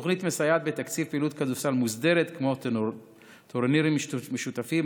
והתוכנית מסייעת בתקציב פעילות כדורסל מוסדרת כמו טורנירים משותפים,